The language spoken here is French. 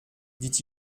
dit